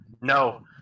No